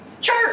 Church